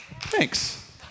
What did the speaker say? Thanks